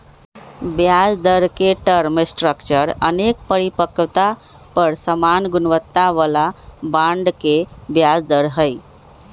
ब्याजदर के term structure अनेक परिपक्वता पर समान गुणवत्ता बला बॉन्ड के ब्याज दर हइ